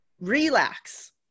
Relax